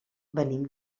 venim